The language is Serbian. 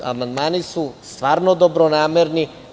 Amandmani su stvarno dobronamerni.